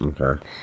Okay